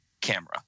camera